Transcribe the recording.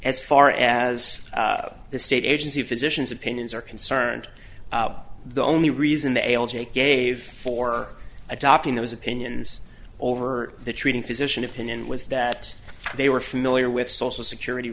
as far as the state agency physicians opinions are concerned the only reason the l g a gave for adopting those opinions over the treating physician opinion was that they were familiar with social security